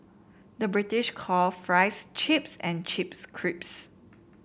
the British call fries chips and chips crisps